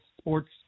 sports